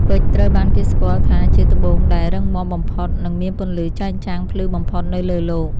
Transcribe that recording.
ពេជ្រត្រូវបានគេស្គាល់ថាជាត្បូងដែលរឹងមាំបំផុត និងមានពន្លឺចែងចាំងភ្លឺបំផុតនៅលើលោក។